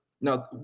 Now